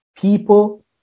People